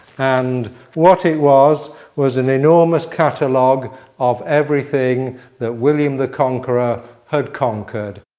and what it was was an enormous catalogue of everything that william the conqueror had conquered.